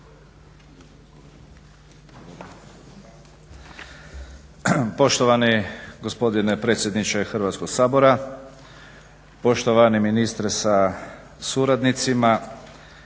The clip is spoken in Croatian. Poštovani gospodine predsjedniče Hrvatskog sabora, poštovani ministre sa suradnicima.